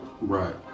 Right